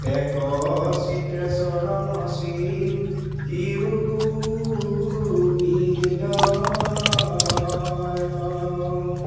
এক চিত্তে শৰণ চিন্তিও গোবিন্দৰ